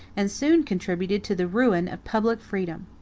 and soon contributed to the ruin of public freedom.